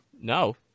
No